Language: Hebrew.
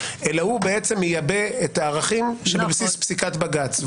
אלא הוא מייבא את הערכים שבבסיס פסיקת בג"ץ.